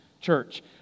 church